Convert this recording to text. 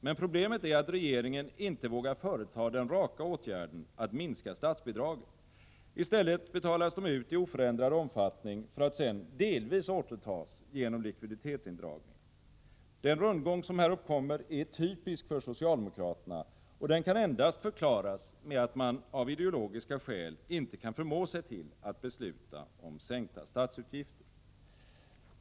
Men problemet är att regeringen inte vågar företa den raka åtgärden att minska statsbidragen. I stället betalas de ut i oförändrad omfattning för att sedan delvis återföras genom likviditetsindragningen. Den rundgång som här uppkommer är typisk för socialdemokraterna, och den kan endast förklaras med att de av ideologiska skäl inte kan förmå sig till att besluta om sänkta statsutgifter.